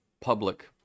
public